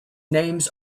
names